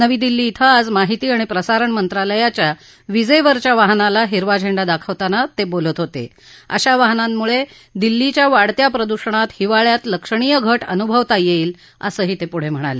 नवी दिल्ली बैं आज माहिती आणि प्रसारण मंत्रालयाच्या वीजेवरच्या वाहनाला हिरवा झेंडा दाखवताना ते बोलत होते अशा वाहनांमुळे दिल्लीच्या वाढत्या प्रदुषणात हिवाळ्यात लक्षणीय घट अनुभवता येईल असंही ते पुढे म्हणाले